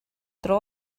dro